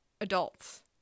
adults